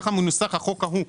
כך מנוסח החוק ההוא.